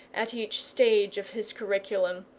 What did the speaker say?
at each stage of his curriculum,